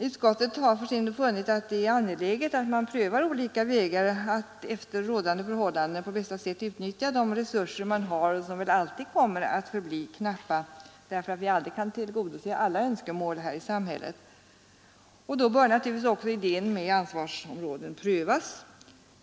Utskottet har för sin del funnit det angeläget att man prövar olika vägar att under rådande förhållanden på bästa sätt utnyttja resurserna, som väl alltid kommer att förbli knappa, eftersom vi aldrig kan tillgodose alla önskemål här i samhället. Då bör naturligtvis också idén med ansvarsområden prövas.